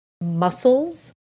muscles